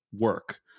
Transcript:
work